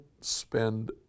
spend